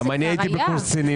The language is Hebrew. גם אני הייתי בקורס קצינים,